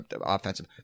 offensive